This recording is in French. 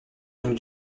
donc